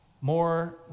More